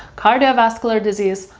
cardiovascular disease,